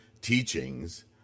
teachings